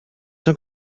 cent